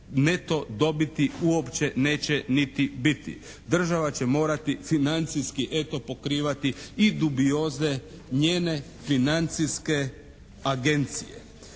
neto dobiti neće uopće niti biti. Država će morati financijski eto pokrivati i dubioze njene financijske agencije.